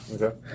Okay